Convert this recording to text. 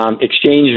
exchange